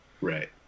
right